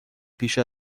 پیش